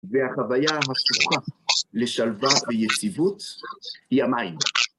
והחוויה ההפוכה לשלווה ויציבות היא המים.